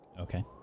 Okay